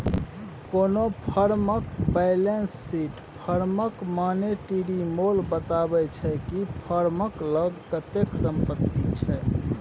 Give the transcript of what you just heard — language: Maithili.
कोनो फर्मक बेलैंस सीट फर्मक मानेटिरी मोल बताबै छै कि फर्मक लग कतेक संपत्ति छै